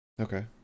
Okay